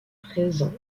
présent